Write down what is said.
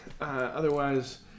otherwise